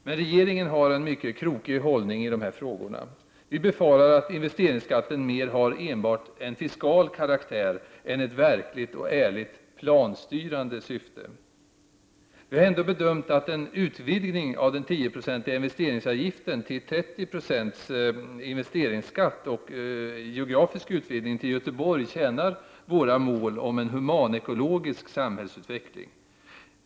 Men regeringen har en mycket krokig hållning i dessa frågor. Vi befarar att investeringsskatten mer har enbart en fiskal karraktär än ett verkligt och ärligt planstyrande syfte. Vi har ändå bedömt att en utvidgning av den 10-procentiga investeringsavgiften till 30 20 investeringsskatt och geografisk utvidgning till Göteborg tjänar våra mål om en humanekologisk samhällsutveckling.